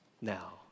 now